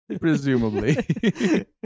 Presumably